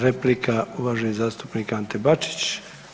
Replika, uvaženi zastupnik Ante Bačić.